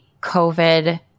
COVID